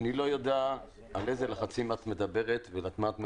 אני לא יודע על איזה לחצים את מדברת ועל מה את מרמזת.